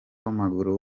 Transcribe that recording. w’amaguru